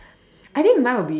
I think mine will be